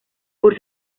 por